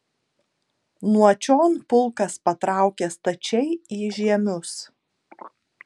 nuo čion pulkas patraukė stačiai į žiemius